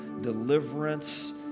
deliverance